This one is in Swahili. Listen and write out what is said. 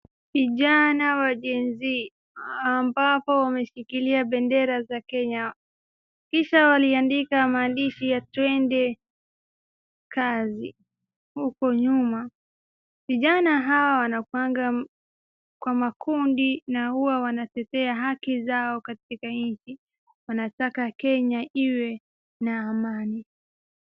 Vijana wa gen z ambapo wameshilia bendera za Kenya. Kisha waliandika maandishi ya Twende Kazi. Huku nyuma vijana hawa wanakuanga kwa makundi na huwa wanatetea haki zao katika nchi. Wanataka Kenya iwe na amani.